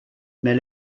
mais